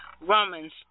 Romans